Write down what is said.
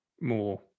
more